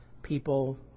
people